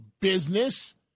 business